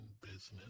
business